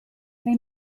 they